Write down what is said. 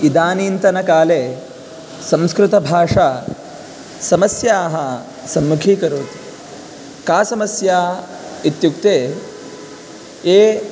इदानीन्तनकाले संस्कृतभाषा समस्याः सम्मुखीकरोति का समस्या इत्युक्ते ये